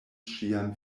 ŝian